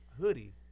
hoodie